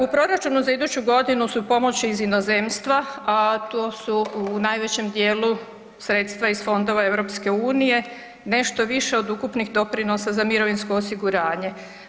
U proračunu za iduću godinu su pomoći iz inozemstva, a to su u najvećem dijelu sredstva iz fondova Europske unije nešto više od ukupnih doprinosa za mirovinsko osiguranje.